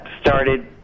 started